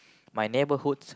my neighbourhood's